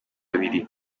abiri